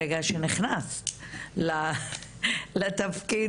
ברגע שנכנסת לתפקיד,